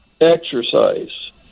exercise